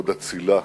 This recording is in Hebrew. מאוד אצילה,